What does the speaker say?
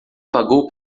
pagou